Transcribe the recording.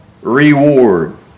reward